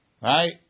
Right